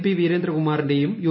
P വീരേന്ദ്രകുമാറിന്റെയും U